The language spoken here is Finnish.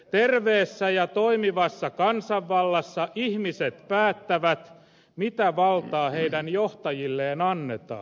terveessä ja toimivassa kansanvallassa ihmiset päättävät mitä valtaa heidän johtajilleen annetaan